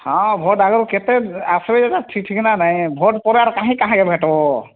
ହଁ ଭୋଟ୍ ଆଗରୁ କେତେ ଆସିବେ ଯେ ଠିକ୍ ଠିକଣା ନାହିଁ ଭୋଟ୍ ପରେ ଆର୍ କାହିଁ କାହିଁ ଭେଟ୍ ହବ